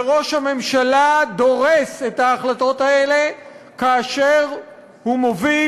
וראש הממשלה דורס את ההחלטות האלה כאשר הוא מוביל